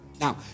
Now